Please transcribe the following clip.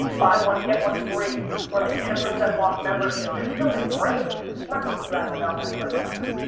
buy one, get one free or like ten percent off membership. this is building brand, not to razz on val pak, i like val pak,